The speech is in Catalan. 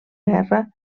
guerra